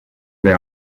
they